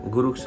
Guru